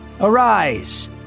arise